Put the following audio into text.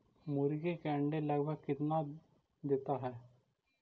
मुर्गी के अंडे लगभग कितना देता है?